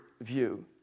view